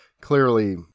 clearly